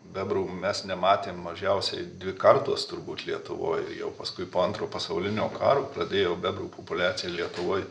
bebrų mes nematėm mažiausiai dvi kartos turbūt lietuvoj ir jau paskui po antro pasaulinio karo pradėjo bebrų populiacija lietuvoj